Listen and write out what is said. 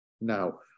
now